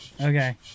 Okay